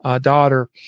daughter